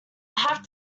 have